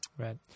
right